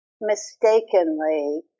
mistakenly